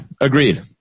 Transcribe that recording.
agreed